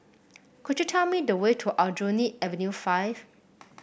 could you tell me the way to Aljunied Avenue Five